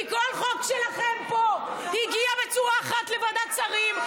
כי כל חוק שלכם פה הגיע בצורה אחת לוועדת שרים,